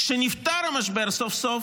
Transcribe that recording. אלא כשנפתר המשבר סוף-סוף,